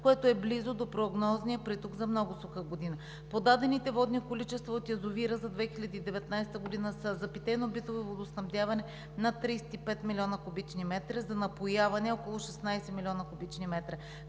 което е близо до прогнозния приток за много суха година. Подадените водни количества от язовира за 2019 г. са: за питейно-битово водоснабдяване – над 35 млн. куб. м, за напояване – около 16 млн. куб. м.